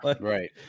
Right